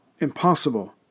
impossible